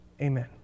Amen